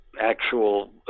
actual